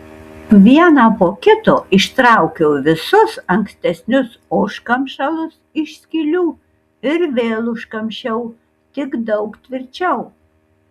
vieną po kito ištraukiau visus ankstesnius užkamšalus iš skylių ir vėl užkamšiau tik daug tvirčiau